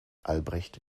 albrecht